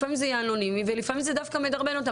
לפעמים זה יהיה אנונימי ולפעמים זה דווקא מדרבן אותם.